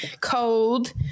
cold